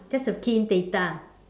just to key in data